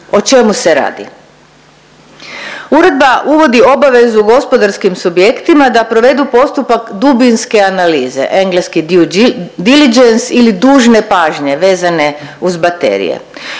O čemu se radi? Uredba uvodi obavezu gospodarskim subjektima da provedu postupak dubinske analize engleski due diligence ili dužne pažnje vezane uz baterije.